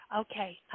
Okay